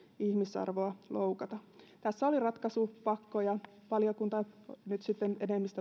ihmisarvoa loukata tässä oli ratkaisupakko ja valiokunnan enemmistö nyt sitten